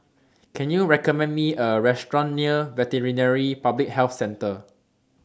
Can YOU recommend Me A Restaurant near Veterinary Public Health Centre